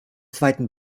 zweiten